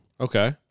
Okay